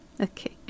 Okay